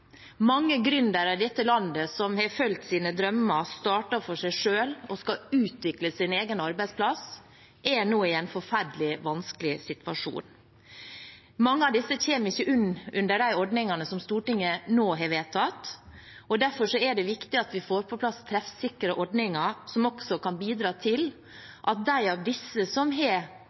Mange gründere i dette landet som har fulgt sine drømmer, startet for seg selv og skal utvikle sin egen arbeidsplass, er nå i en forferdelig vanskelig situasjon. Mange av disse kommer ikke under de ordningene Stortinget nå har vedtatt. Derfor er det viktig at vi får på plass treffsikre ordninger som også kan bidra til at de som har